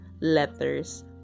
Letters